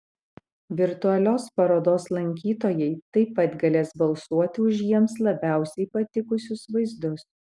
virtualios parodos lankytojai taip pat galės balsuoti už jiems labiausiai patikusius vaizdus